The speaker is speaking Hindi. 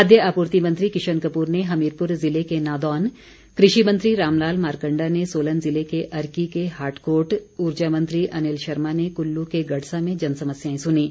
खाद्य आपूर्ति मंत्री किशन कपूर ने हमीरपूर जिले के नादौन कृषि मंत्री रामलाल मारकण्डा ने सोलन जिले में अर्की के हाटकोट ऊर्जा मंत्री अनिल शर्मा ने कुल्लु के गड़सा में जन समस्याएं सुनीं